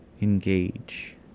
engage